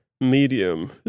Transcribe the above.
medium